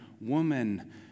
woman